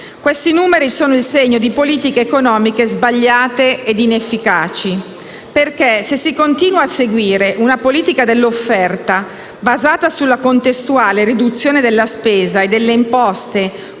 Questi numeri sono il segno di politiche economiche sbagliate ed inefficaci, perché se si continua a seguire una politica dell'offerta basata sulla contestuale riduzione della spesa e delle imposte